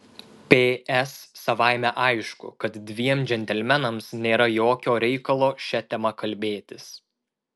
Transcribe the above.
ps savaime aišku kad dviem džentelmenams nėra jokio reikalo šia tema kalbėtis